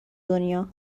دنیا